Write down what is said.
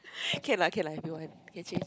can lah can lah if you want can change